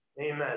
Amen